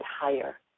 higher